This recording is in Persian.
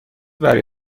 برای